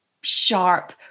sharp